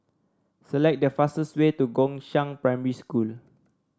select the fastest way to Gongshang Primary School